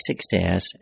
success